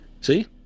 See